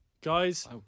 guys